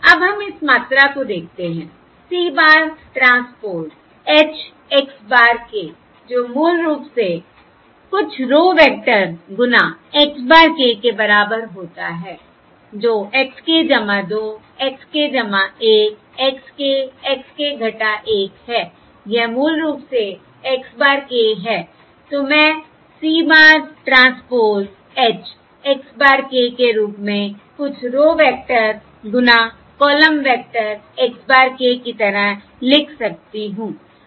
अब हम इस मात्रा को देखते हैं C bar transpose H x bar k जो मूल रूप से कुछ रो वेक्टर गुना x bar k के बराबर होता है जो x k 2 x k 1 x k x k 1 है यह मूल रूप से x bar k है तो मैं C bar transpose H x bar k के रूप में कुछ रो वेक्टर गुना column vector x bar k की तरह लिख सकती हूं